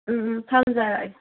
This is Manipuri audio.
ꯎꯝ ꯎꯝ ꯊꯝꯖꯔꯒꯦ